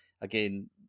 again